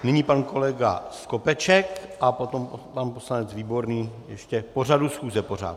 Nyní pan kolega Skopeček a potom pan poslanec Výborný ještě k pořadu schůze pořád.